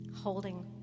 holding